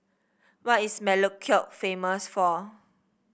what is Melekeok famous for